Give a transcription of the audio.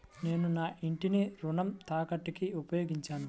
నేను నా ఇంటిని రుణ తాకట్టుకి ఉపయోగించాను